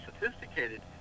sophisticated